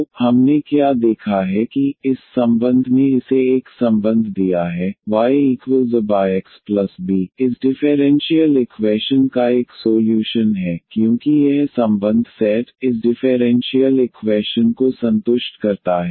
तो हमने क्या देखा है कि इस संबंध ने इसे एक संबंध दिया है yAxB इस डिफेरेंशीयल इक्वैशन का एक सोल्यूशन है क्योंकि यह संबंध सेट इस डिफेरेंशीयल इक्वैशन को संतुष्ट करता है